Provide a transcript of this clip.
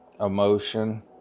emotion